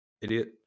idiot